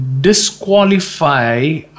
disqualify